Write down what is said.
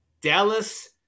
Dallas